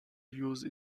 use